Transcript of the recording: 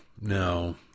no